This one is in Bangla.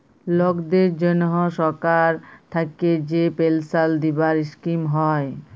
লকদের জনহ সরকার থাক্যে যে পেলসাল দিবার স্কিম হ্যয়